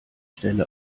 stelle